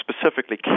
specifically